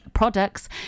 products